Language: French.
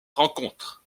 rencontres